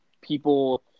people